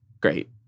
great